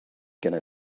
gonna